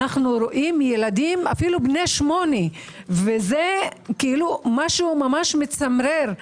אנו רואים ילדים אף בני 8 וזה משהו ממש מצמרר.